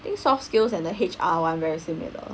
think soft skills and the H_R one very similar